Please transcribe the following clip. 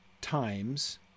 times